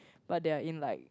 but they are in like